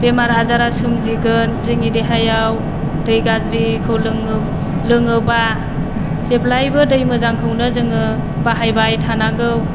बेमार आजारा सोमजिगोन जोंनि देहायाव दै गाज्रिखौ लोङो लोङोबा जेब्लायबो दै मोजांखौनो जोङो बाहायबाय थानांगौ